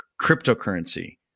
cryptocurrency